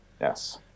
Yes